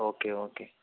okay okay